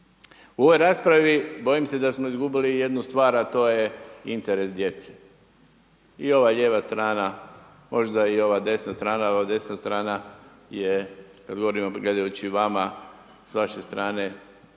U ovoj raspravi bojim se da smo izgubili jednu stvar, a to je interes djece, i ova lijeva strana, možda i ova desna strana, ova desna strana je kad govorimo gledajući vama, s vaše strane,